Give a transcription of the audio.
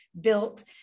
built